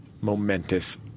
Momentous